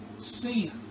sin